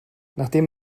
nachdem